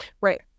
right